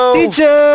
Teacher